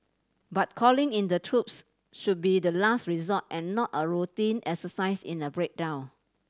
but calling in the troops should be the last resort and not a routine exercise in a breakdown